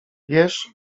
wiesz